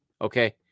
Okay